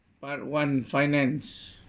part one finance